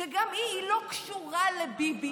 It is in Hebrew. שגם היא לא קשורה לביבי,